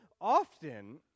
often